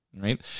right